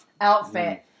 outfit